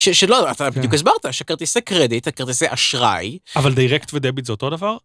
שלא, אתה בדיוק הסברת, שכרטיסי קרדיט, כרטיסי אשראי. אבל דיירקט ודאביט זה אותו דבר?